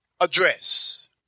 address